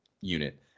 unit